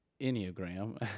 Enneagram